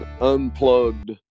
Unplugged